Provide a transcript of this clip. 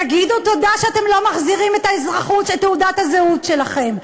תגידו תודה שאתם לא מחזירים את תעודת הזהות שלכם.